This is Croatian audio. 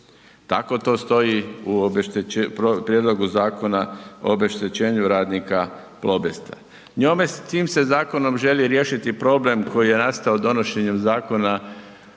tako to stoji u prijedlogu Zakona o obeštećenju radnika Plobesta. S tim se zakonom želi riješiti problem koji je nastao donošenjem Zakona